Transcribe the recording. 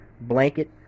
blanket